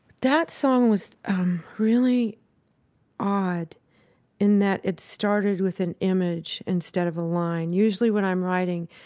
that song was really odd in that it started with an image instead of a line. usually, when i'm writing,